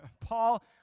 Paul